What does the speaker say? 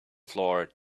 floor